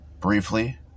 briefly